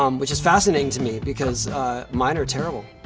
um which is fascinating to me because mine are terrible.